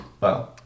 Wow